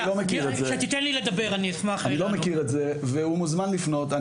אני לא מכיר את זה והוא מוזמן לפנות.